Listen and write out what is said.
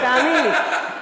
תאמין לי.